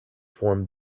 formed